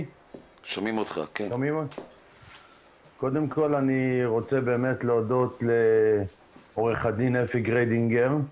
קודם כל אני רוצה באמת להודות לעורך הדין אפי גריידינגר,